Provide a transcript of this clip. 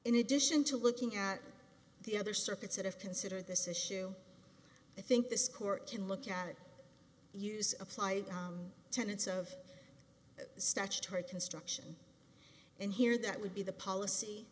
in addition to looking at the other circuits that have considered this issue i think this court can look at use applied tenets of statutory construction and here that would be the policy